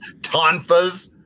tonfas